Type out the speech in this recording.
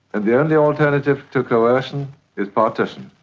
and the only alternative to coercion is partition.